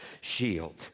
shield